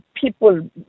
people